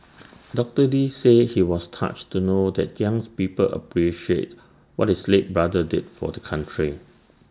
doctor lee said he was touched to know that young people appreciate what his late brother did for the country